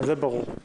זה ברור.